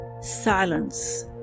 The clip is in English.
silence